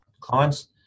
clients